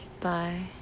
Bye